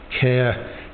care